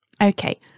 Okay